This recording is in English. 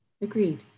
agreed